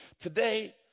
Today